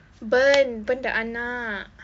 burn burn the anak